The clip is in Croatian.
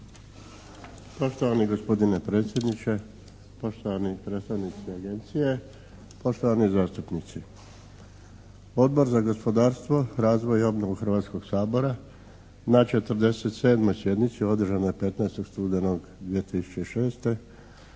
Poštovani gospodine predsjedniče, poštovani predstavnici Agencije, poštovani zastupnici. Odbor za gospodarstvo, razvoj i obnovu Hrvatskog sabora na 47. sjednici održanoj 15. studenog 2006.